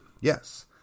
Yes